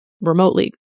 remotely